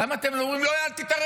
למה אתם לא אומרים לו: אל תתערב?